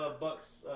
Bucks